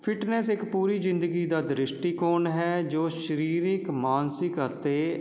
fitness ਇੱਕ ਪੂਰੀ ਜ਼ਿੰਦਗੀ ਦਾ ਦ੍ਰਿਸ਼ਟੀਕੋਣ ਹੈ ਜੋ ਸ਼ਰੀਰਕ ਮਾਨਸਿਕ ਅਤੇ